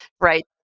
Right